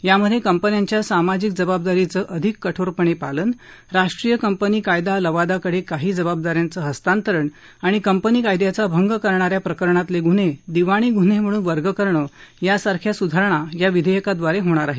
यामधे कंपन्यांच्या सामाजिक जबाबदारीचं अधिक कठोरपणे पालन राष्ट्रीय कंपनी कायदा लवादाकडे काही जबाबदा यांचं हस्तांतरण आणि कंपनी कायद्याचा भंग करणा या प्रकरणातले गुन्हे दिवाणी गुन्हे म्हणून वर्ग करणं यासारख्या सुधारणा या विधेयकाद्वारे होणार आहेत